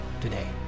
today